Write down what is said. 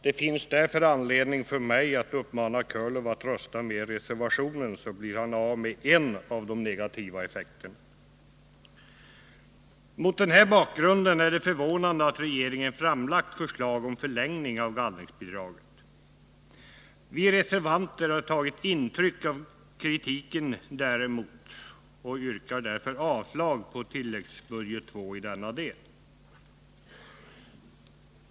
Det finns därför anledning för mig att uppmana Björn Körlof att rösta för reservationen, så blir han av med en del av de negativa effekterna. Mot den här bakgrunden är det förvånande att regeringen framlagt förslag om förlängning av gallringsbidraget. Vi reservanter har tagit intryck av kritiken och yrkar därför avslag på tilläggsbudget II i denna del.